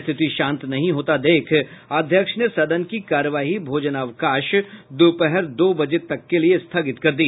स्थिति शांत नहीं होता देख अध्यक्ष ने सदन की कार्यवाही भोजनावकाश तक दोपहर दो बजे तक के लिये स्थगित कर दी